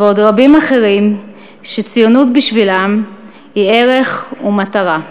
ועוד רבים אחרים שציונות בשבילם היא ערך ומטרה.